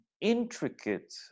intricate